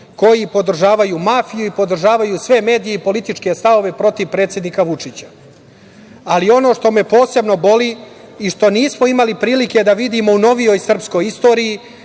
koji podržavaju mafiju i podržavaju sve medije i političke stavove protiv predsednika Vučića. Ali, ono što me posebno boli i što nismo imali prilike da vidimo u novijoj srpskoj istoriji,